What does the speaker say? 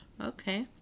Okay